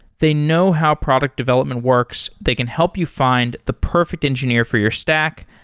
they know how product development works. they can help you find the perfect engineer for your stack,